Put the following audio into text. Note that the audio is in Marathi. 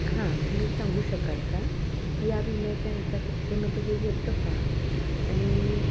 हां तुम्ही सांगू शकाल का की या विम्याच्या याच्या कक्षेमध्ये हे येतं का आणि